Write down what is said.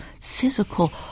physical